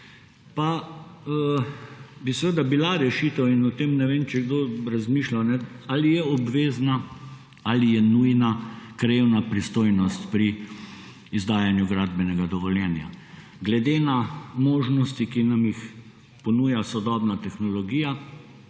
pa bi bila rešitev in ne vem, če je o tem kdo razmišljal, ali je obvezna ali je nujna krajevna pristojnost pri izdajanju gradbenega dovoljenja. Glede na možnosti, ki nam jih ponuja sodobna tehnologija,